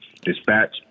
Dispatch